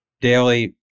daily